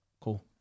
Cool